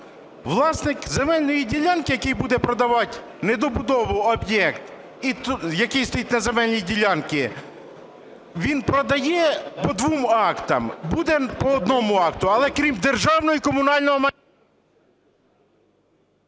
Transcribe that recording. Власник земельної ділянки, який буде продавати недобудову об'єкт, який стоїть на земельній ділянці, він продає по двом актам. Буде по одному акту, але крім державного і комунального…